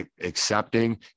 accepting